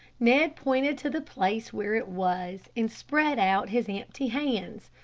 ned pointed to the place where it was, and spread out his empty hands.